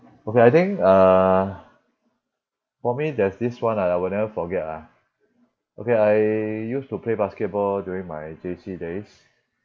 okay I think uh for me there's this one ah I will never forget lah okay I used to play basketball during my J_C days